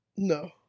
no